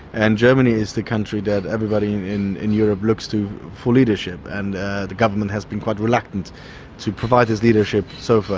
and germany is the country that everybody in in europe looks to for leadership, and the government has been quite reluctant to provide this leadership so far.